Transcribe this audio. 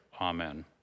Amen